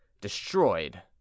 destroyed